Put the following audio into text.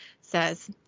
says